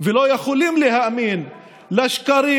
ולא יכולים להאמין לשקרים,